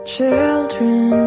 Children